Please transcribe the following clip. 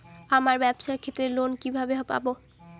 আমার ব্যবসার ক্ষেত্রে লোন কিভাবে পাব?